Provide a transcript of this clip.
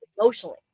emotionally